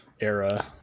era